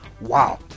wow